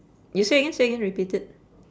you say again say again repeat it